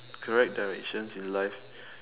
correct directions in life